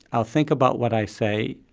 i'll think about what i say,